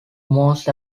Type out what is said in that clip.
most